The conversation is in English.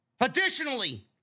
Additionally